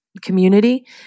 community